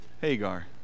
Hagar